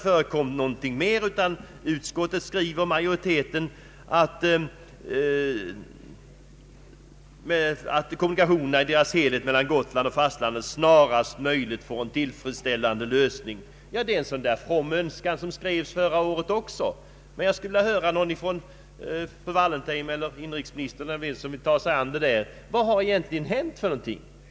Utskottsmajoriteten skriver att kommunikationerna mellan Gotland och fastlandet snarast möjligt bör få en tillfredsställande lösning. Det är en sådan där from önskan som skrevs även förra året. Jag skulle vilja få ett besked av fru Wallentheim, inrikesministern eller vem som kan vilja ta sig an detta, om vad som har hänt.